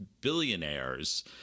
billionaires